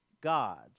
gods